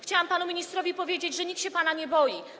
Chciałam panu ministrowi powiedzieć, że nikt się pana nie boi.